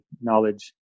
knowledge